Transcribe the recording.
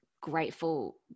grateful